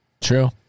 True